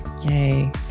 Yay